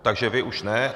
Takže vy už ne.